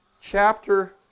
Chapter